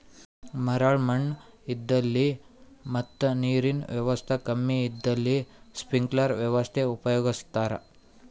ಮರಳ್ ಮಣ್ಣ್ ಇದ್ದಲ್ಲಿ ಮತ್ ನೀರಿನ್ ವ್ಯವಸ್ತಾ ಕಮ್ಮಿ ಇದ್ದಲ್ಲಿ ಸ್ಪ್ರಿಂಕ್ಲರ್ ವ್ಯವಸ್ಥೆ ಉಪಯೋಗಿಸ್ತಾರಾ